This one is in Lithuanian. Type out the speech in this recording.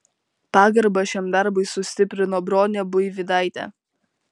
pagarbą šiam darbui sustiprino bronė buivydaitė